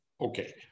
Okay